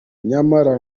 nyamara